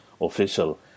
official